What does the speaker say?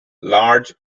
large